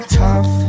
tough